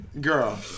Girl